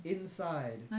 Inside